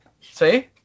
See